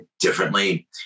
differently